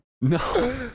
no